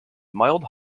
mild